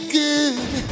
good